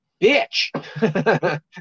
bitch